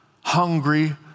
hungry